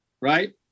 Right